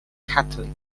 catholic